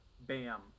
Bam